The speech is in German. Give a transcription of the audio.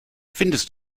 findest